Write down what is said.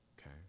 Okay